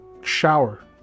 shower